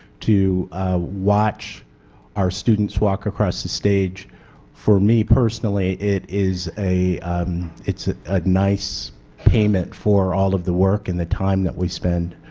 to watch our students walk across the stage for me personally it is a ah ah nice payment for all of the work in the time that we spent.